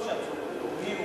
זה טוב שעצרו אותו, מיהו,